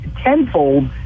tenfold